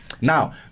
Now